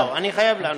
לא לא, אני חייב לענות.